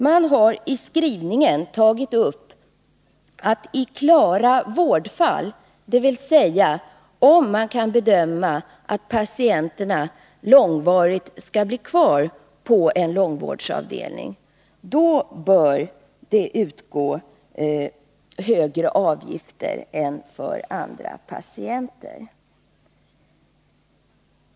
Man har i skrivningen framhållit att i klara vårdfall, dvs. om man kan bedöma att patienterna långvarigt skall bli kvar på en långvårdsavdelning, bör det utgå högre avgifter än för andra patienter.